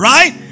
Right